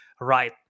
right